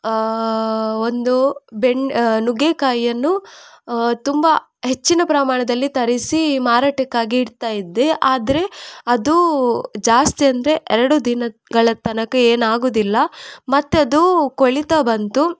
ಒಂದು ಬೆಂಡೆ ನುಗ್ಗೆಕಾಯಿಯನ್ನು ತುಂಬ ಹೆಚ್ಚಿನ ಪ್ರಮಾಣದಲ್ಲಿ ತರಿಸಿ ಮಾರಾಟಕ್ಕಾಗಿ ಇಡ್ತಾ ಇದ್ದೆ ಆದರೆ ಅದು ಜಾಸ್ತಿ ಅಂದರೆ ಎರಡು ದಿನಗಳ ತನಕ ಏನಾಗೋದಿಲ್ಲ ಮತ್ತೆ ಅದು ಕೊಳೀತಾ ಬಂತು